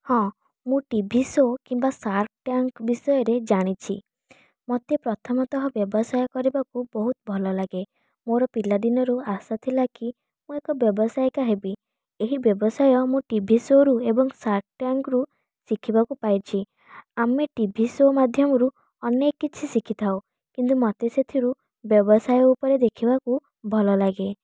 ହଁ ମୁଁ TV show କିମ୍ବା ଶାର୍କ ଟ୍ୟାଙ୍କ ବିଷୟରେ ଜାଣିଛି ମୋତେ ପ୍ରଥମତଃ ବ୍ୟବସାୟ କରିବାକୁ ବହୁତ ଭଲ ଲାଗେ ମୋର ପିଲା ଦିନରୁ ଆଶା ଥିଲା କି ମୁଁ ଏକ ବ୍ୟବସାୟିକା ହେବି ଏହି ବ୍ୟବସାୟ ମୁଁ ଟିଭି ଶୋରୁ ଏବଂ ଶାର୍କ ଟ୍ୟାଙ୍କରୁ ଶିଖିବାକୁ ପାଇଛି ଆମେ ଟିଭି ଶୋ ମାଧ୍ୟମରୁ ଅନେକ କିଛି ଶିଖିଥାଉ କିନ୍ତୁ ମୋତେ ସେଥିରୁ ବ୍ୟବସାୟ ଉପରେ ଦେଖିବାକୁ ଭଲ ଲାଗେ